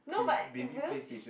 no but wheech~